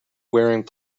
wearing